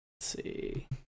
see